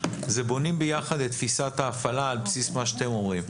זה בונים ביחד את תפיסת ההפעלה על בסיס מה שאתם אומרים.